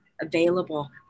available